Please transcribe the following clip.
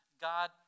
God